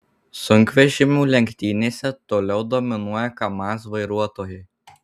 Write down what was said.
sunkvežimių lenktynėse toliau dominuoja kamaz vairuotojai